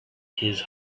his